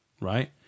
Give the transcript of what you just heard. right